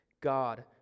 God